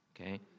okay